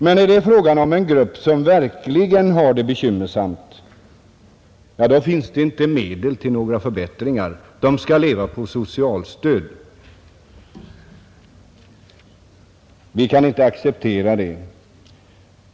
Men när det är fråga om en grupp som verkligen har det bekymmersamt, då finns det inte medel till några förbättringar. De människorna skall leva på socialstöd. Vi kan inte godta det.